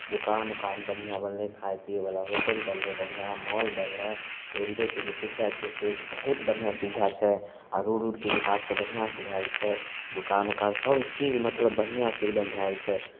दोकान उकान बढ़िआँ बनलै खाय पियैवला होटल बनलै बढ़िआँ मॉल बनलै रेलवेके जे सुविधा छै से बहुत बढ़िआँ सुविधा छै आ रोड उडके विकास तऽ बढ़िआँसँ भेल छै दोकान उकान सभचीज मतलब बढ़िआँसँ एकदम भेल छै